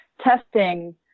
testing